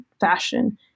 fashion